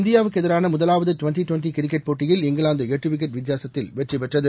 இந்தியாவுக்குஎதிரானமுதலாவதுடுவெண்டிடுவெண்டிகிரிக்கெட் போட்டியில் இங்கிலாந்துஎட்டுவிக்கெட் வித்தியாசத்தில் வெற்றிபெற்றது